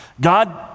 God